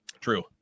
true